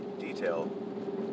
detail